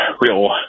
real